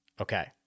Okay